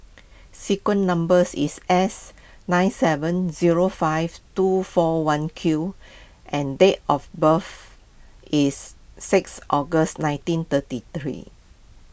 sequin numbers is S nine seven zero five two four one Q and date of birth is six August nineteen thirty three